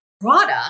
product